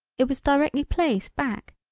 it was directly placed back,